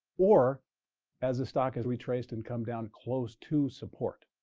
or as the stock has retraced and come down close to support?